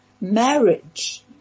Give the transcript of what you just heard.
Marriage